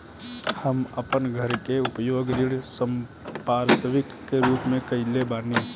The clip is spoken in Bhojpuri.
हम अपन घर के उपयोग ऋण संपार्श्विक के रूप में कईले बानी